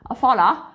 follow